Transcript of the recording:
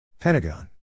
Pentagon